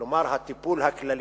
כלומר, הטיפול הכללי,